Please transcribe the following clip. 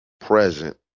present